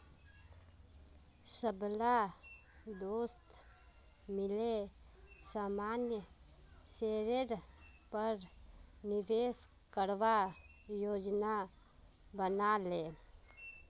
सबला दोस्त मिले सामान्य शेयरेर पर निवेश करवार योजना बना ले